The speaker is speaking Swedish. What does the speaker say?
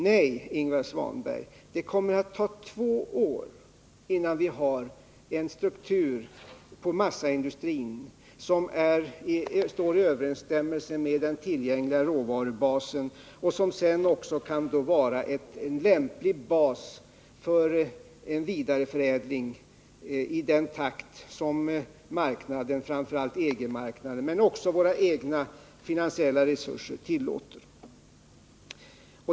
Nej, Ingvar Svanberg, det kommer att ta två år, innan massaindustrin får en struktur, som står i överensstämmelse med den tillgängliga råvarubasen och som sedan också kan vara en lämplig bas för en vidareförädling i den takt som marknaden — framför allt EG-marknaden, men också våra egna finansiella resurser — tillåter.